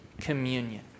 communion